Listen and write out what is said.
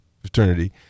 fraternity